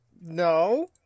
No